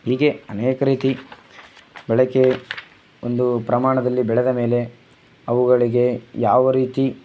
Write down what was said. ಹೀಗೆ ಅನೇಕ ರೀತಿ ಗಿಡಕ್ಕೆ ಒಂದು ಪ್ರಮಾಣದಲ್ಲಿ ಬೆಳೆದ ಮೇಲೆ ಅವುಗಳಿಗೆ ಯಾವ ರೀತಿ